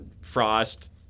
frost